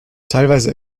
teilweise